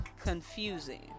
confusing